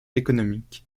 économique